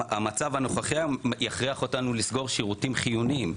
המצב הנוכחי היום יכריח אותנו לסגור שירותים חיוניים.